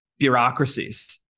bureaucracies